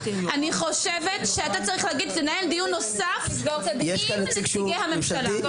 אני חושבת שאתה צריך לנהל דיון נוסף עם נציגי הממשלה.